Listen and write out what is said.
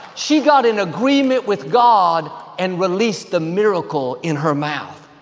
she got in agreement with god and released the miracle in her mouth.